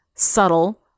subtle